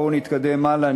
בואו נתקדם הלאה,